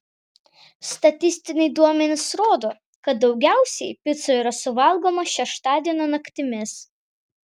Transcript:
statistiniai duomenys rodo kad daugiausiai picų yra suvalgomą šeštadienio naktimis